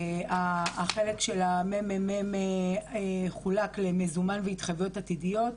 החלק של הממ"מ חולק למזומן והתחייבויות עתידיות.